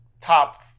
top